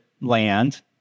land